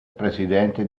presidente